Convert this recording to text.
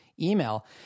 email